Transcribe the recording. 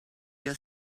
your